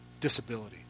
disability